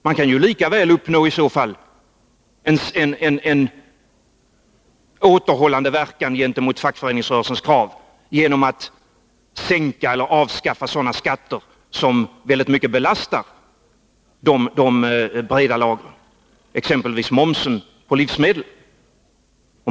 Man kan i så fall lika väl uppnå en återhållande verkan gentemot fackföreningsrörelsens krav genom att sänka eller avskaffa sådana skatter som väldigt mycket belastar de breda lagren, exempelvis momsen på livsmedel.